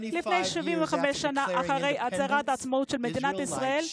75 שנים אחרי הצהרת העצמאות של מדינת ישראל,